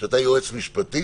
שאתה יועץ משפטי